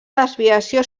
desviació